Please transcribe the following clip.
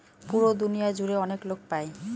পুরো দুনিয়া জুড়ে অনেক লোক পাই